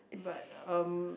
but um